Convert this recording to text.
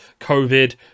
covid